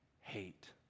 hate